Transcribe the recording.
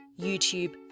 YouTube